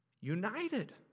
united